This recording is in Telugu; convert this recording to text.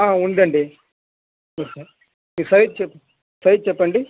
ఉందండి సార్ మీ సైజ్ చెప్ మీ సైజ్ చెప్పండి